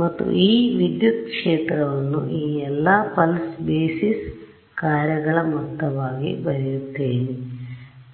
ಮತ್ತು ಈ ವಿದ್ಯುತ್ ಕ್ಷೇತ್ರವನ್ನು ಈ ಎಲ್ಲಾ ಪಲ್ಸ್ ಬೇಸಿಸ್ ಕಾರ್ಯಗಳ ಮೊತ್ತವಾಗಿ ಬರೆಯುತ್ತೇನೆ